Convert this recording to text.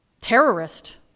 terrorist